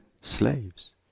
slaves